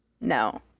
no